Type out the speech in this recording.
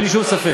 אין לי שום ספק.